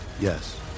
Yes